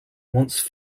once